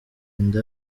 inda